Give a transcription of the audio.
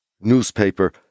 newspaper